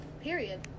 period